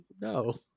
No